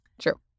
True